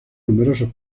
numerosos